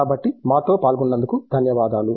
కాబట్టి మాతో పాల్గొన్నందుకు ధన్యవాదాలు